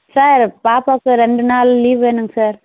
sir பாப்பாவுக்கு ரெண்டு நாள் லீ்வ் வேணுங்க சார்